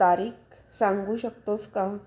तारीख सांगू शकतोस का